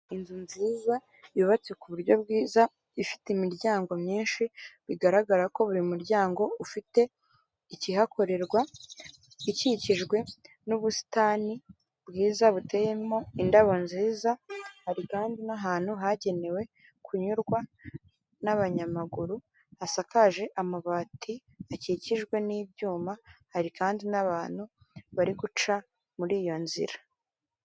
Inzu nziza yubatse ku buryo bwiza ifite imiryango myinshi bigaragara ko buri muryango ufite ikihakorerwa, ikikijwe n'ubusitani bwiza buteyemo indabo nziza, hari kandi n'ahantu hagenewe kunyurwa n'abanyamaguru, hasakaje amabati hakikijwe n'ibyuma, hari kandi n'abantu bari guca muri iyo nzira.